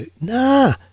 Nah